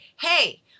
Hey